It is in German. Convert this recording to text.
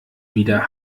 wieder